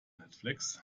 netflix